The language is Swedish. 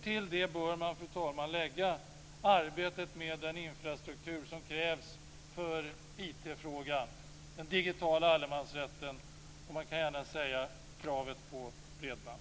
Till det bör man, fru talman, lägga arbetet med den infrastruktur som krävs för IT-frågan, den digitala allemansrätten. Man kan gärna säga: kravet på bredband.